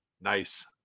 nice